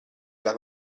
alla